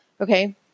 Okay